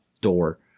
door